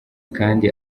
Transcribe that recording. kandi